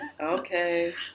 Okay